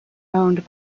owned